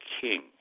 king